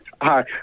Hi